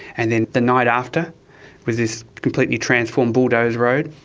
and then the night after was this completely transformed bulldozed road,